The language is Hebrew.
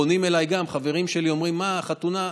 פונים אליי גם חברים שלי, אומרים: מה, חתונה.